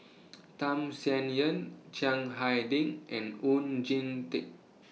Tham Sien Yen Chiang Hai Ding and Oon Jin Teik